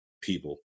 people